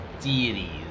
deities